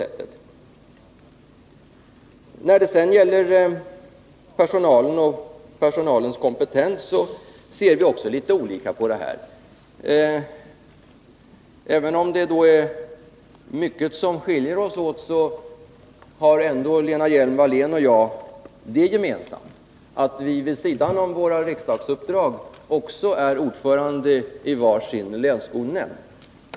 Vi ser också litet olika på frågan om personalen och personalens kompetens. Även om det är mycket som skiljer oss åt, har Lena Hjelm-Wallén och jag ändå det gemensamt att vi vid sidan av våra riksdagsuppdrag också är ordförande i var sin länsskolnämnd.